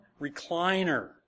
recliner